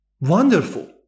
Wonderful